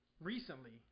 Recently